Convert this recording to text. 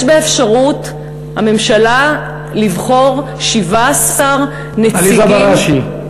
יש באפשרות הממשלה לבחור 17 נציגים, עליזה בראשי.